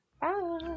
Bye